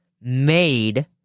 made